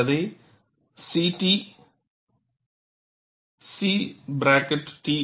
நீங்கள் அதை CT